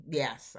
yes